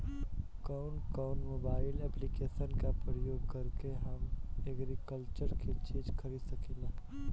कउन कउन mobile application का प्रयोग करके हम एग्रीकल्चर के चिज खरीद सकिला?